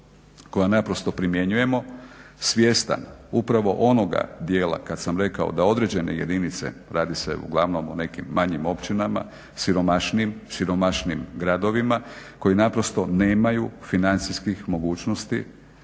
koja naprosto primjenjujemo, svjestan upravo onoga dijela kad sam rekao da određene jedinice, radi se uglavnom o nekim manjim općinama, siromašnijim, siromašnijim gradovima koji naprosto nemaju financijskih mogućnosti